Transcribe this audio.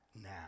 now